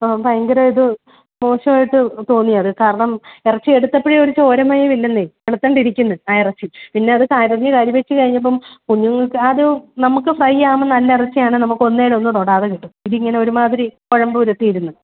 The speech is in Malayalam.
ആ ഭയങ്കരമായിട്ട് മോശമായിട്ട് തോന്നിയത് കാരണം ഇറച്ചി എടുത്തപ്പഴേ ഒരു ചോരമയം ഇല്ലെന്നേ വെളുത്തോണ്ടിരിക്കുന്നു ആ ഇറച്ചി പിന്നെ അത് കഴുകി കറിവെച്ച് കഴിഞ്ഞപ്പം കുഞ്ഞുങ്ങൾക്ക് അത് നമുക്ക് ഫ്രൈ ആവുമ്പോൾ നല്ല ഇറച്ചിയാണ് നമുക്ക് ഒന്നേലൊന്ന് തൊടാതെ കിട്ടും ഇതിങ്ങനെ ഒരുമാതിരി കുഴമ്പ് രൂപത്തിൽ ഇരുന്ന്